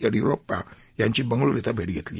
येडीयुरप्पा यांची बंगळूरु ििं भेट घेतली